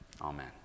Amen